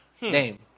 Name